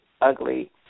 ugly